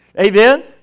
Amen